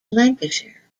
lancashire